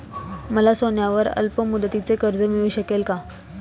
मला सोन्यावर अल्पमुदतीचे कर्ज मिळू शकेल का?